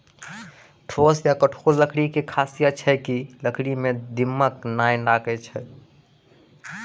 ठोस या कठोर लकड़ी के खासियत छै कि है लकड़ी मॅ दीमक नाय लागैय छै